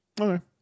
okay